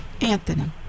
anthony